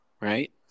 right